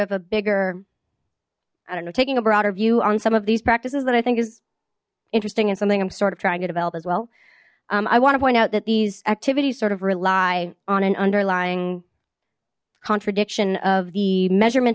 of a bigger i don't know taking a broader view on some of these practices that i think is interesting and something i'm sort of trying to develop as well i want to point out that these activities sort of rely on an underlying contradiction of the measurement